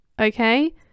okay